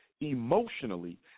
emotionally